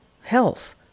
health